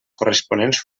corresponents